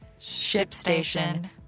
ShipStation